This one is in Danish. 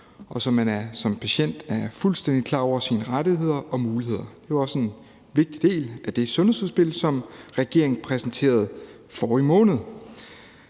og så man som patient er fuldstændig klar over sine rettigheder og muligheder. Det er også en vigtig del af det sundhedsudspil, som regeringen præsenterede forrige måned.